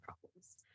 problems